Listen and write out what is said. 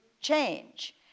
change